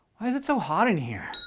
why is it so hot in here?